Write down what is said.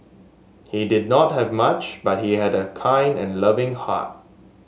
he did not have much but he had a kind and loving heart